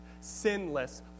sinless